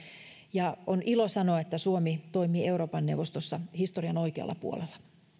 on ilo sanoa että suomi toimii euroopan neuvostossa historian oikealla puolella